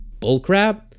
bullcrap